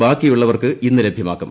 ബാക്കിയുളളവർക്ക് ഇന്ന് ലഭ്യമാക്കും